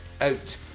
out